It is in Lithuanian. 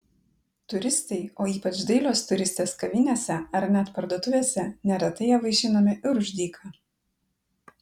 turistai o ypač dailios turistės kavinėse ar net parduotuvėse neretai ja vaišinami ir už dyką